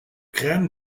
crème